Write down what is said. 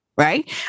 right